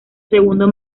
segundo